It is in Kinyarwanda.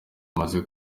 bamaze